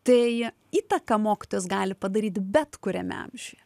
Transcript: tai įtaką mokytojas gali padaryti bet kuriame amžiuje